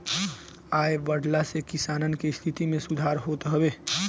आय बढ़ला से किसान के स्थिति में सुधार होत हवे